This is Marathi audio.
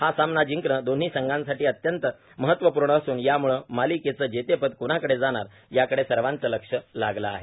हा सामना जिंकण दोन्ही संघांसाठी अत्यंत महत्वपूर्ण असून याम्ळं मालिकेचं जेतेपद कोणाकडे जाणार याकडे सर्वाचे लक्ष लागले आहे